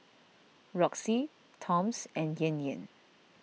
Roxy Toms and Yan Yan